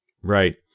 Right